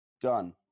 Done